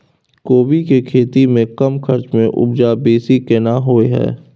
कोबी के खेती में कम खर्च में उपजा बेसी केना होय है?